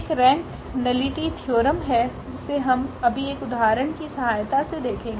एक rank nullity theorem है जिसे हम अभी एक उदाहरण की सहायता से देखेंगे